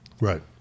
right